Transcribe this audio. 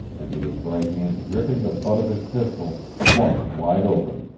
and, with his right hand gripping the butt of his pistol, flung it wide open.